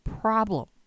problem